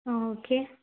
okay